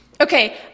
okay